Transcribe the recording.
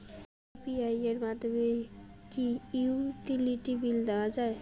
UPI এর মাধ্যমে কি ইউটিলিটি বিল দেওয়া যায়?